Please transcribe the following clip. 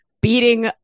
beating